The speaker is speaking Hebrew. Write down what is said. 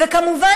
וכמובן,